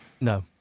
No